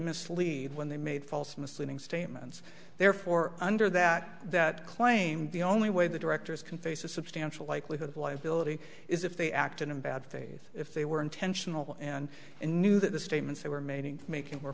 mislead when they made false misleading statements therefore under that that claimed the only way the directors can face a substantial likelihood of liability is if they acted in bad faith if they were intentional and knew that the statements they were made in making were